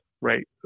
right